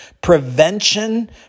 Prevention